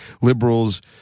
liberals